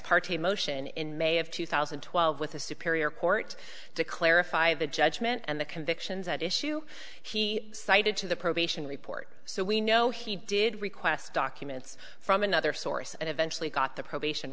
parte motion in may of two thousand and twelve with a superior court to clarify the judgment and the convictions at issue he cited to the probation report so we know he did request documents from another source and eventually got the probation